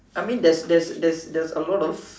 I mean there is there is there is there is a lot of